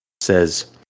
says